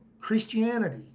Christianity